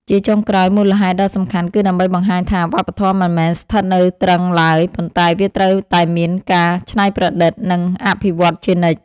ជាចុងក្រោយ មូលហេតុដ៏សំខាន់គឺដើម្បីបង្ហាញថា វប្បធម៌មិនមែនស្ថិតនៅទ្រឹងឡើយ ប៉ុន្តែវាត្រូវតែមានការច្នៃប្រឌិត និងអភិវឌ្ឍជានិច្ច។